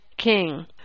king